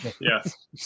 Yes